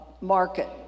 market